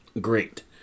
Great